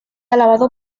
alabado